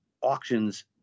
auctions